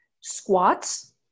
squats